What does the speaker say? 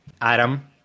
Adam